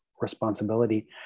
responsibility